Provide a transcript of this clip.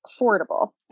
affordable